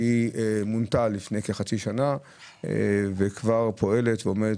שמונתה לפני כחצי שנה וכבר פועלת ועומדת